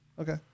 okay